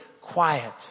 quiet